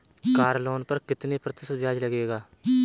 Car loan पर कितने प्रतिशत ब्याज लगेगा?